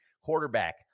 quarterback